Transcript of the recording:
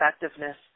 effectiveness